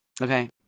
Okay